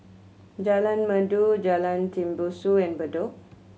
Jalan Merdu Jalan Tembusu and Bedok